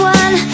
one